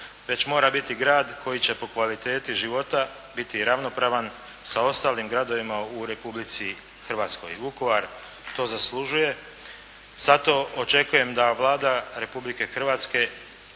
već mora biti grad koji će po kvaliteti života biti ravnopravan sa ostalim gradovima u Republici Hrvatskoj. Vukovar to zaslužuje. Zato očekujem da Vlada Republike Hrvatske